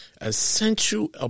essential